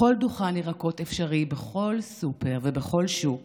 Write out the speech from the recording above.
בכל דוכן ירקות אפשרי, בכל סופר ובכל שוק